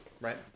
right